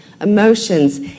emotions